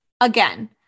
Again